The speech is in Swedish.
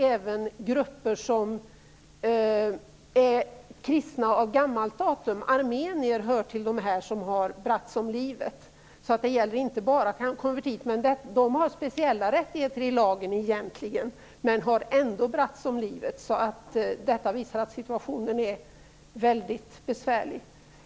Även grupper som är kristna sedan gammalt - armenier - hör till dem som har bragts om livet. De har speciella rättigheter i lagen men har ändå bragts om livet. Det gäller inte bara konvertiter. Detta visar att situationen är väldigt besvärlig.